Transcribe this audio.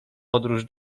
podróż